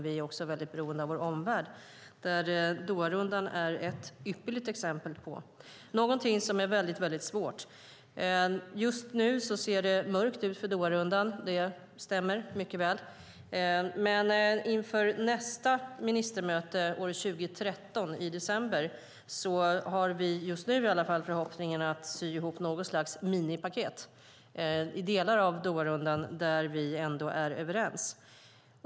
Vi är också mycket beroende av vår omvärld, som Doharundan är ett ypperligt exempel på det - någonting som är mycket svårt. Just nu ser det mörkt ut för Doharundan. Det stämmer mycket väl. Men inför nästa ministermöte i december år 2013 har vi just nu förhoppningen att sy ihop något slags minipaket i delar av Doharundan där vi ändå är överens.